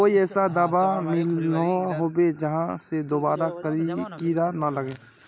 कोई ऐसा दाबा मिलोहो होबे जहा से दोबारा कीड़ा ना लागे?